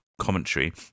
commentary